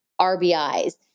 RBIs